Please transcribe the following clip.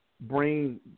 Bring